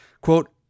Quote